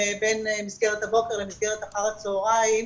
בין מסגרת הבוקר למסגרת אחר הצהריים,